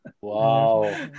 wow